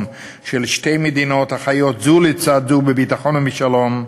של שתי מדינות החיות זו לצד זו בביטחון ובשלום,